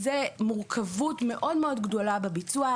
אם כן, זו מורכבות מאוד מאוד גדולה בביצוע.